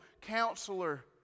Counselor